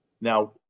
now